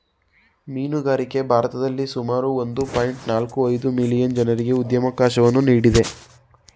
ಮೀನುಗಾರಿಕೆ ಭಾರತದಲ್ಲಿ ಸುಮಾರು ಒಂದು ಪಾಯಿಂಟ್ ನಾಲ್ಕು ಐದು ಮಿಲಿಯನ್ ಜನರಿಗೆ ಉದ್ಯೋಗವಕಾಶವನ್ನು ನೀಡಿದೆ